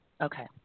Okay